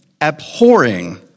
abhorring